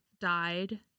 died